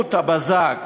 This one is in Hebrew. במהירות הבזק